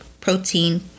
protein